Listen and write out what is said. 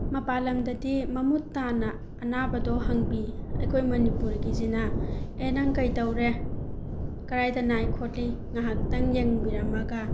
ꯃꯄꯥꯜ ꯂꯝꯗꯗꯤ ꯃꯃꯨꯠꯇꯥꯅ ꯑꯅꯥꯕꯗꯣ ꯍꯪꯕꯤ ꯑꯩꯈꯣꯏ ꯃꯅꯤꯄꯨꯔꯒꯤꯁꯤꯅ ꯑꯦ ꯅꯪ ꯀꯩꯗꯧꯔꯦ ꯀꯔꯥꯏꯗ ꯅꯥꯏ ꯈꯣꯠꯂꯤ ꯉꯥꯏꯍꯥꯛꯇꯪ ꯌꯦꯡꯕꯤꯔꯝꯃꯒ